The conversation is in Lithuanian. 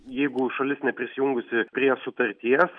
jeigu šalis neprisijungusi prie sutarties